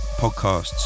podcasts